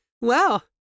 Wow